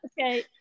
Okay